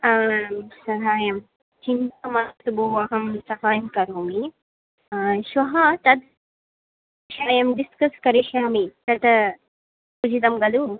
आम् सहायं चिन्ता मास्तु भोः अहं सहायं करोमि श्वः तद् वयं डिस्कस् करिष्यामि तत् उचितं खलु